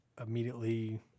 immediately